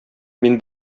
мин